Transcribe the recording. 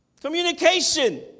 communication